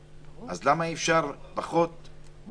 למה אי אפשר לעשות צעד פחות פוגעני.